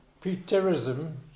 pre-terrorism